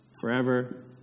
forever